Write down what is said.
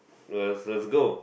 lesus go